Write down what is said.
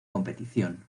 competición